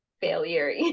failure